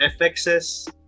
FX's